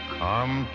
come